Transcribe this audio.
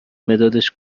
مدادش